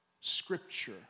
scripture